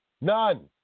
None